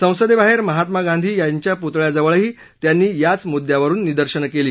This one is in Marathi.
ससंदेबाहेर महात्मा गांधी यांच्या पुतळ्याजवळही त्यांनी याच मुद्यावरुन निदर्शनं केली